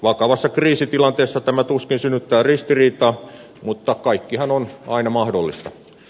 vakavassa kriisitilanteessa tämä tuskin synnyttää ristiriitaa mutta kaikkihan on aina mahdollista